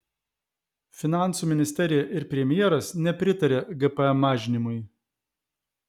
finansų ministerija ir premjeras nepritaria gpm mažinimui